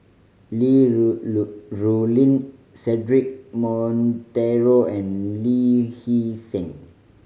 Li Rulin Cedric Monteiro and Lee Hee Seng